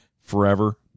Forever